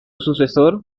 sucesor